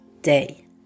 day